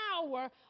power